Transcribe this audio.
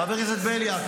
חבר הכנסת בליאק,